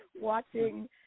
watching